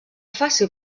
fàcil